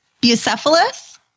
Bucephalus